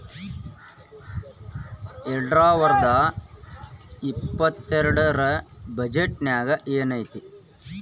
ಎರ್ಡ್ಸಾವರ್ದಾ ಇಪ್ಪತ್ತೆರ್ಡ್ ರ್ ಬಜೆಟ್ ನ್ಯಾಗ್ ಏನೈತಿ?